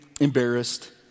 embarrassed